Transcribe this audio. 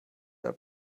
der